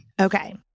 Okay